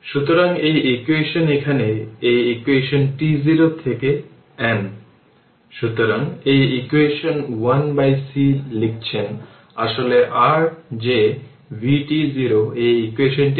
সুতরাং 0 থেকে t এবং এটি হল p এর এক্সপ্রেশন যা ইকুয়েশন 26 এটিকে এখানে রাখুন I শুধু I0 স্কোয়ার R e এর পাওয়ার 2 t τ dt ইন্টিগ্রেট করুন এবং যদি তা করেন তাহলে সিমপ্লিফাই করুন